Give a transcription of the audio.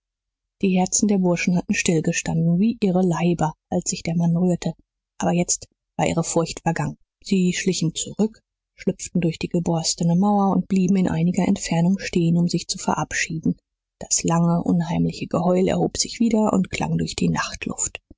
die herzen der burschen hatten still gestanden wie ihre leiber als sich der mann rührte aber jetzt war ihre furcht vergangen sie schlichen zurück schlüpften durch die geborstene mauer und blieben in einiger entfernung stehen um sich zu verabschieden das lange unheimliche geheul erhob sich wieder und klang durch die nachtluft